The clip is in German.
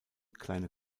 kleine